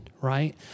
right